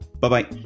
bye-bye